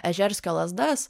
ežerskio lazdas